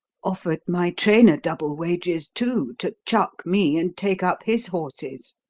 offered my trainer double wages, too, to chuck me and take up his horses.